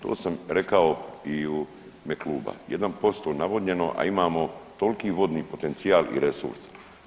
To sam rekao i u ime kluba, 1% navodnjeno, a imamo toliki vodni potencijal i resurse.